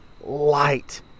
light